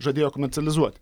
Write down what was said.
žadėjo komercializuot